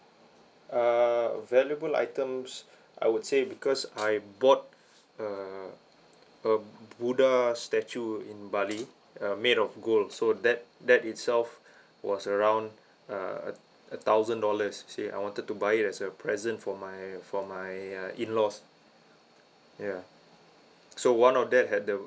uh valuable items I would say because I bought a a buddha statue in bali uh made of gold so that that itself was around uh a thousand dollars say I wanted to buy it as a present for my for my uh in-laws ya so one of that had the